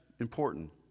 important